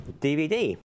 DVD